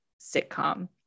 sitcom